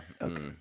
Okay